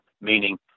meaning